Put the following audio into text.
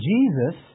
Jesus